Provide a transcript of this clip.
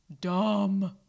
Dumb